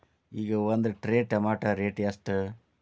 ಈಗ ಒಂದ್ tray tomato rate ಎಷ್ಟ?